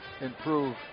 improve